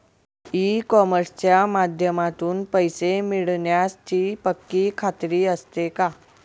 E कॉमर्सच्या माध्यमातून पैसे मिळण्याची पक्की खात्री असते का?